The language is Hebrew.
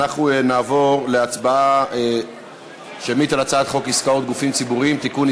אנחנו נעבור להצבעה שמית על הצעת חוק עסקאות גופים ציבוריים (תיקון,